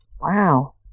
Wow